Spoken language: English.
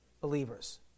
Believers